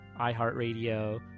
iHeartRadio